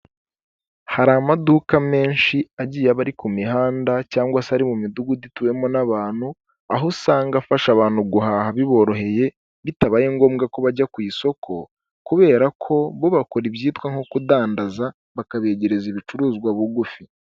Hari amaduka menshi agiye aba ari ku mihanda cyangwa se ari mu midugudu ituwemo n'abantu, aho usanga afasha abantu guhaha biboroheye bitabaye ngombwa ko bajya ku isoko, kubera ko bo bakora ibyitwa nko kudandaza bakabegereza ibicuruzwa bugufi.